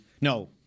no